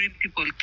people